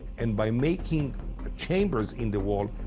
and by making ah chambers in the wall,